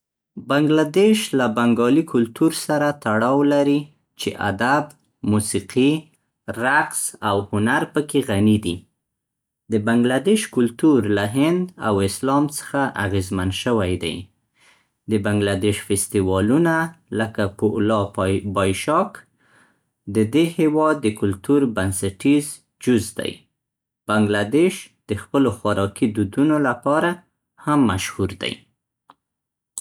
بنګله دېش له بنګالی کلتور سره تړاو لري چې ادب، موسیقي، رقص او هنر په کې غني دی. د بنګله دېش کلتور له هند او اسلام څخه اغیزمن شوی دی. د بنګله دېش فستیوالونه لکه پوئلا پا- بایشاک د دې هېواد د کلتور بنسټیز جز دی. بنګله دېش د خپلو خوراکي دودونو لپاره هم مشهور دی.